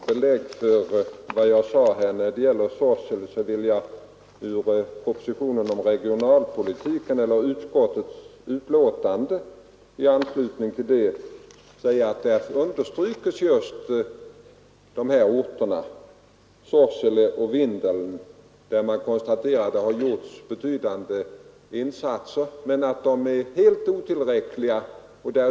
Herr talman! Som ytterligare belägg för vad jag nyss sade om Sorsele vill jag framhålla att i utskottsbetänkandet i anledning av propositionen om regionalpolitiken understrykes att det just i dessa orter, Sorsele och Vindeln, har gjorts betydande insatser men att de är helt otillräckliga.